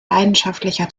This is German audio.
leidenschaftlicher